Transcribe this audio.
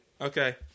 Okay